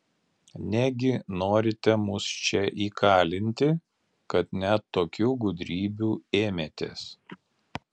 negi norite mus čia įkalinti kad net tokių gudrybių ėmėtės